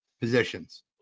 positions